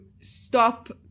stop